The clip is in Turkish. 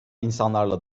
insanlarla